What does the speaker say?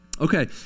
Okay